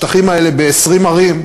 השטחים האלה ב-20 ערים,